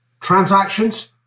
Transactions